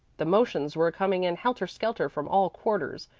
the motions were coming in helter-skelter from all quarters,